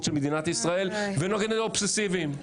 של מדינת ישראל ולא כנד האובססיביים,